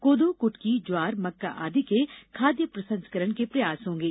कोदो कृटकी ज्वार मक्का आदि के खाद्य प्रसंस्करण के प्रयास होंगे